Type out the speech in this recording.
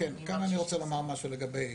כאן אני רוצה לומר משהו לגבי